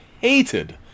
hated